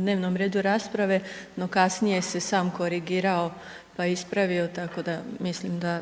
dnevnom redu rasprave, no kasnije se sam korigirao, pa ispravio, tako da mislim da